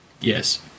yes